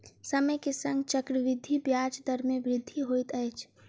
समय के संग चक्रवृद्धि ब्याज दर मे वृद्धि होइत अछि